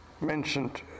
mentioned